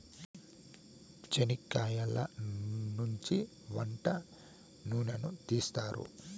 చనిక్కయలనుంచి వంట నూనెను తీస్తారు